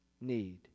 need